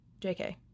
JK